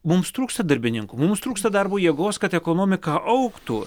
mums trūksta darbininkų mums trūksta darbo jėgos kad ekonomika augtų